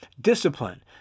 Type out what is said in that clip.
discipline